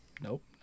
Nope